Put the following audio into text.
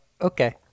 Okay